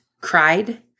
cried